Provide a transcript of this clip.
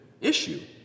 issue